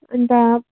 अन्त